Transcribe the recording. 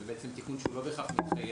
זה בעצם תכנון שלא בהכרח מתקיים